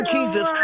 Jesus